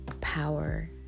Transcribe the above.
power